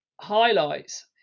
highlights